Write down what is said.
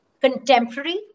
contemporary